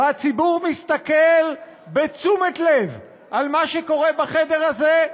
והציבור מסתכל בתשומת לב על מה שקורה בחדר הזה,